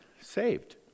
saved